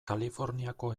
kaliforniako